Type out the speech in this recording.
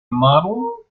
model